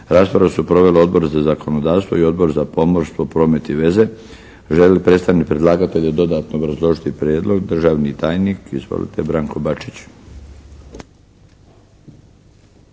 Raspravu su proveli Odbor za zakonodavstvo i Odbor za pomorstvo, promet i veze. Želi li predstavnik predlagatelja dodatno obrazložiti Prijedlog? Državni tajnik, izvolite, Branko Bačić.